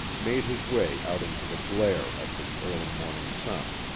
made his way out into the glare of the early morning sun.